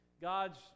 God's